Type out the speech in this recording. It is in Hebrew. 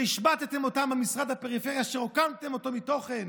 שהשבתתם אותם במשרד הפריפריה, שרוקנתם אותו מתוכן,